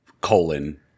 Colon